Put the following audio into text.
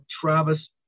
Travis